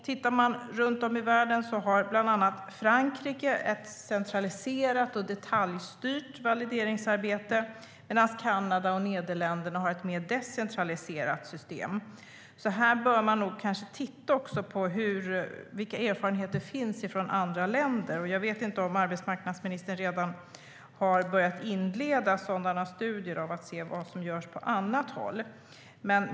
Tittar man runt om i världen ser man att bland annat Frankrike har ett centraliserat och detaljstyrt valideringsarbete men att Kanada och Nederländerna har ett mer decentraliserat system. Här bör man kanske också titta på vilka erfarenheter som finns från andra länder. Jag vet inte om arbetsmarknadsministern redan har börjat inleda sådana studier av vad som görs på annat håll.